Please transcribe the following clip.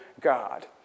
God